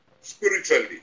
spiritually